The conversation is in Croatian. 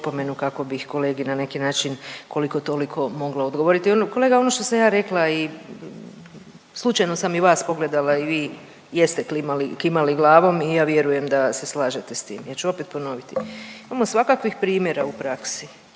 kako bih kolegi na neki način koliko toliko mogla odgovoriti. Kolega ono što sam ja rekla i slučajno sam i vas pogledala i vi jeste klimali, kimali glavom i ja vjerujem da se slažete s tim. Ja ću opet ponoviti, imamo svakakvih primjera u praksi,